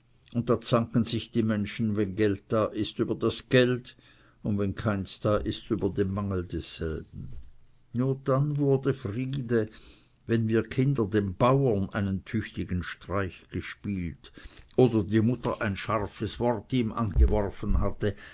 und da zanken sich die menschen wenn geld da ist über das geld und wenn keins da über den mangel desselben nur dann wurde friede wenn wir kinder dem bauern einen tüchtigen streich gespielt oder die mutter ein scharfes wort ihm angeworfen hatte